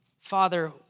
Father